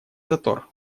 затор